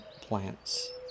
plants